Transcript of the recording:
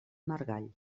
margall